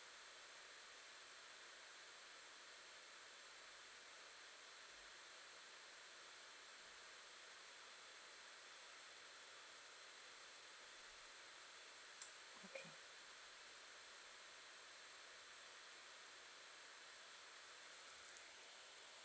okay